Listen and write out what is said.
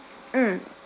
mm